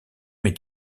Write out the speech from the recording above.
est